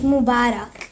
Mubarak